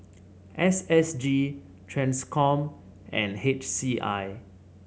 S S G Transcom and H C I